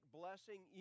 blessing